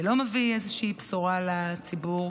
זה לא מביא איזושהי בשורה לציבור.